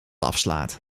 afslaat